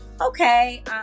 okay